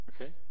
Okay